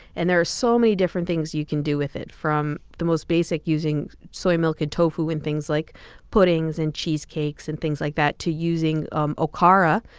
and there are so many different things you can do with it, from the most basic, using soy milk and tofu in things like puddings and cheesecakes and things like that, to using um okara,